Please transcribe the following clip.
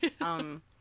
Um-